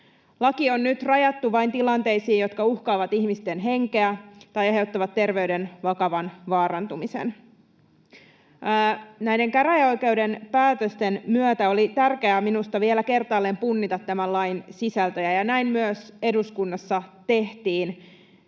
Laki on nyt rajattu vain tilanteisiin, jotka uhkaavat ihmisten henkeä tai aiheuttavat terveyden vakavan vaarantumisen. Näiden käräjäoikeuden päätösten myötä oli tärkeää minusta vielä kertaalleen punnita tämän lain sisältöjä, ja näin myös eduskunnassa tehtiin.